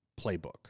playbook